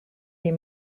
les